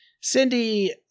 Cindy